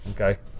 okay